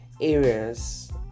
areas